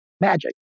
magic